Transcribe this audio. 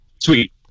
Sweet